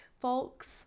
Folks